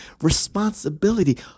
responsibility